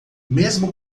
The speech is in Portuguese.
mesmo